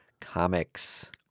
Comics